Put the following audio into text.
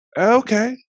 Okay